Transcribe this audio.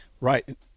Right